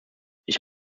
ich